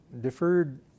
deferred